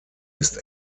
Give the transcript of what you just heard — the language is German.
ist